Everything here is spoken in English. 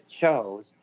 chose